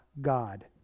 God